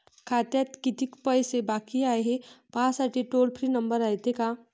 खात्यात कितीक पैसे बाकी हाय, हे पाहासाठी टोल फ्री नंबर रायते का?